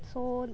so